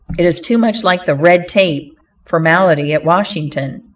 it is too much like the red tape formality at washington,